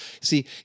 See